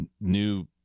new